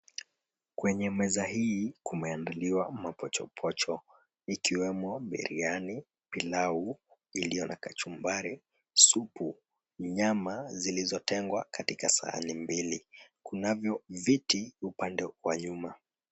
Kwenye meza hii kumeandaliwa mapochopocho ikiwemo biriani, pilau iliyo na kachumbari, supu, nyama zilizotengwa kati sahani mbili, kunavyo viti upande wa nyuma.